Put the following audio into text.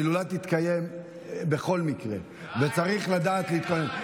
ההילולה תתקיים בכל מקרה וצריך לדעת להתכונן.